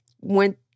went